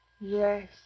Yes